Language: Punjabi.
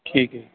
ਠੀਕ ਹੈ